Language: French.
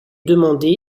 demandée